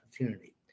opportunity